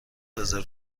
رزرو